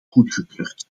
goedgekeurd